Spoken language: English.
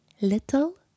little